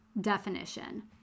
definition